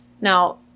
Now